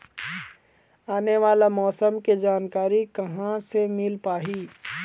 आने वाला मौसम के जानकारी कहां से मिल पाही?